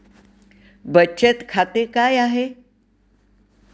बचत खाते काय आहे?